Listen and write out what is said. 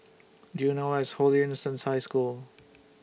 Do YOU know Where IS Holy Innocents' High School